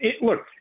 Look